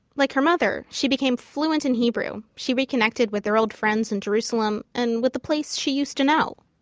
like her mother, she became fluent in hebrew. she reconnected with their old friends in jerusalem, and with the place she used to know